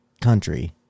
country